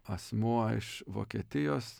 asmuo iš vokietijos